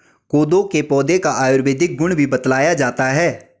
कोदो के पौधे का आयुर्वेदिक गुण भी बतलाया जाता है